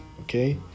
Okay